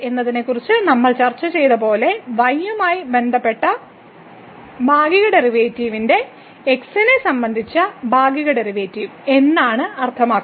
എന്നതിനെക്കുറിച്ച് നമ്മൾ ചർച്ച ചെയ്തതുപോലെ y യുമായി ബന്ധപ്പെട്ട് ഭാഗിക ഡെറിവേറ്റീവിന്റെ x നെ സംബന്ധിച്ച ഭാഗിക ഡെറിവേറ്റീവ് എന്നാണ് അർത്ഥമാക്കുന്നത്